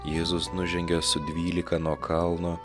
jėzus nužengė su dvylika nuo kalno